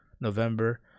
November